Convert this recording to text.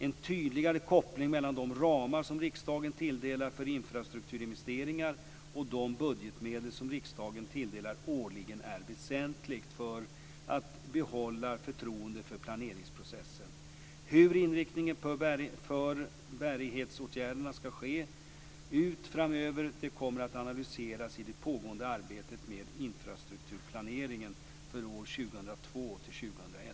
En tydligare koppling mellan de ramar som riksdagen tilldelar för infrastrukturinvesteringar och de budgetmedel som riksdagen tilldelar årligen är väsentlig för att man skall kunna behålla förtroendet för planeringsprocessen. Hur inriktningen för bärighetsåtgärderna skall se ut framöver kommer att analyseras i det pågående arbetet med infrastrukturplaneringen för år 2002 Tack!